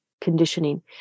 conditioning